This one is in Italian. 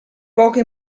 poco